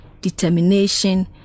determination